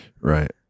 Right